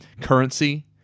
currency